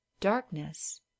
darkness